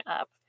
up